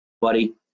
buddy